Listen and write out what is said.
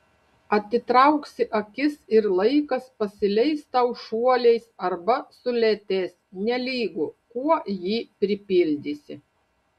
atitrauksi akis ir laikas pasileis tau šuoliais arba sulėtės nelygu kuo jį pripildysi